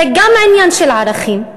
זה גם עניין של ערכים,